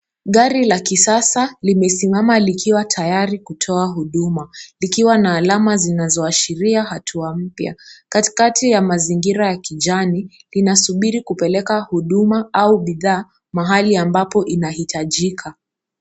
Gari la kisasa limesimama likiwa tayari kutoa huduma ikiwa na alama zinazoashiria hatua mpya. Katikati ya mazingira ya kijani linasubiri kupeleka huduma au bidhaa mahali ambapo inahitajika.